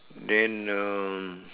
then um